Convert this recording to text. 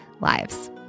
lives